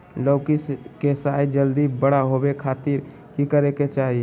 लौकी के साइज जल्दी बड़ा होबे खातिर की करे के चाही?